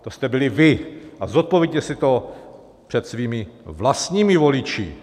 To jste byli vy a zodpovězte si to před svými vlastními voliči.